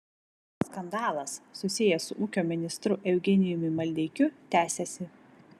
skandalas susijęs su ūkio ministru eugenijumi maldeikiu tęsiasi